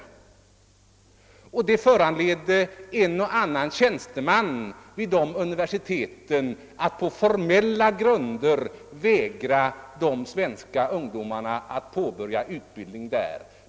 Det föranledde några av de utländska universiteten att på formella grunder vägra de svenska ungdomarna att påbörja utbildning.